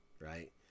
right